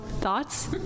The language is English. thoughts